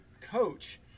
coach